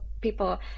people